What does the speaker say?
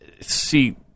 See